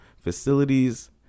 facilities